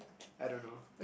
I don't know